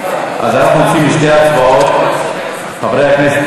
אנחנו עוברים לשתי הצבעות, חברי הכנסת.